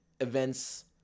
events